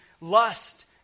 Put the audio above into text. lust